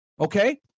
Okay